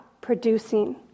producing